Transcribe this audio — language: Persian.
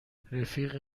رفیق